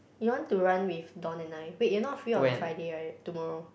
you want to run with Don and I wait you're not free on Friday right tomorrow